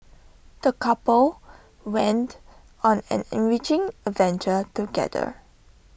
the couple went on an enriching adventure together